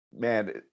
Man